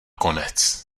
konec